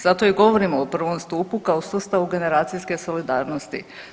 Zato i govorimo o prvom stupu kao sustavu generacijske solidarnosti.